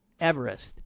Everest